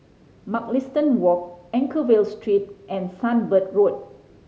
Mugliston Walk Anchorvale Street and Sunbird Road